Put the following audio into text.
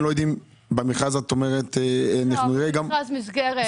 --- מכרז מסגרת.